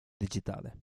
digitale